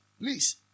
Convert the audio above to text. please